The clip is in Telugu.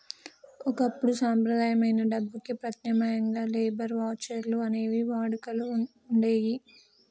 ఒకప్పుడు సంప్రదాయమైన డబ్బుకి ప్రత్యామ్నాయంగా లేబర్ వోచర్లు అనేవి వాడుకలో వుండేయ్యి